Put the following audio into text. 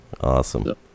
Awesome